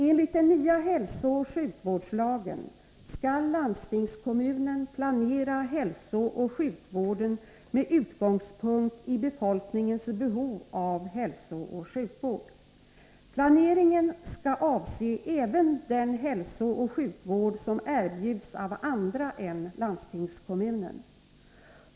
Enligt den nya hälsooch sjukvårdslagen skall landstingskommunen planera hälsooch sjukvården med utgångspunkt i befolkningens behov av hälsooch sjukvård. Planeringen skall avse även den hälsooch sjukvård som erbjuds av andra än landstingskommunen.